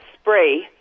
spray